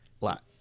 Lot